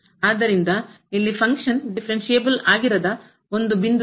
ಆದ್ದರಿಂದ ಇಲ್ಲಿ ಫಂಕ್ಷನ್ ಕಾರ್ಯವು ಡಿಫರೆನ್ಷಿಯಬಲ್ ಆಗಿರದ ಒಂದು ಬಿಂದು ಇದೆ